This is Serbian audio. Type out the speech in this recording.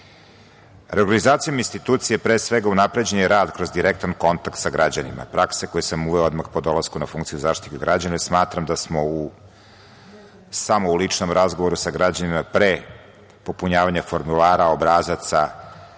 građana. Reorganizacijom institucije, pre svega, unapređen je rad kroz direktan kontakt sa građanima, prakse koje sam uveo odmah po dolasku na funkciju Zaštitnika građana, jer smatram da smo u, samo u ličnom razgovoru sa građanima, pre popunjavanja formulara, obrazaca,